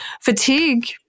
fatigue